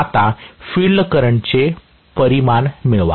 आता फिल्ड करंटचे परिमाण मिळवा